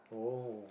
oh